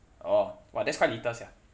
oh !wah! that's quite little sia